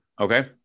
Okay